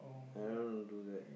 I don't do that